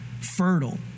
fertile